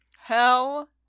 Hell